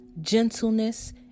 gentleness